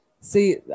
See